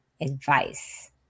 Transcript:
Advice